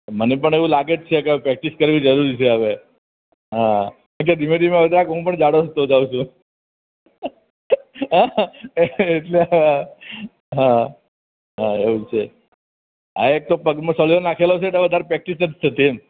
મને પણ એવું લાગે જ છે કે પ્રેક્ટિસ કરવી જરૂરી જ છે હવે હા ક્યાંક ધીમે ધીમે હું પણ જાડો થતો જાઉં છું હા એટલે હા એવું છે હા એક તો પગમાં સળિયો નાખેલો છે તો વધારે પ્રેક્ટિસ નથી થતી એમ